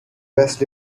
west